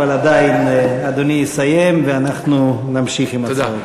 אבל עדיין אדוני יסיים ואנחנו נמשיך עם ההצעות.